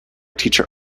teacher